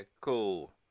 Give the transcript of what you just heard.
Cool